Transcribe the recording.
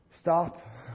Stop